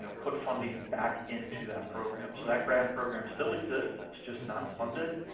so put funding back into that program. so that grant program still exists, it's just not funded.